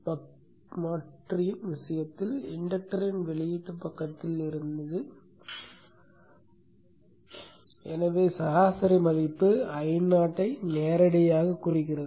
buck மாற்றியின் விஷயத்தில் இன்டக்டர்வெளியீட்டுப் பக்கத்தில் இருந்தது எனவே சராசரி மதிப்பு Io ஐ நேரடியாகக் குறிக்கிறது